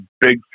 big